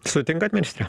sutinkat ministre